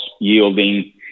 yielding